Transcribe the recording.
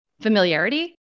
familiarity